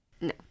No